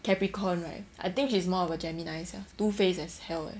capricorn right I think she's more of a gemini sia two face as hell